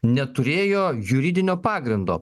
neturėjo juridinio pagrindo